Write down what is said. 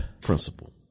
principle